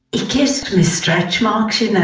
kissed with stretch marks you